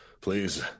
Please